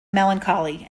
melancholy